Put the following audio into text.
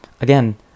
again